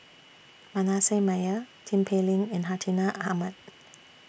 Manasseh Meyer Tin Pei Ling and Hartinah Ahmad